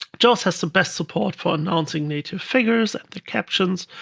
jaws has the best support for announcing native figures and the captions,